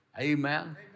Amen